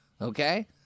Okay